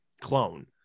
clone